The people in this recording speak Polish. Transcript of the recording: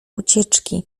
ucieczki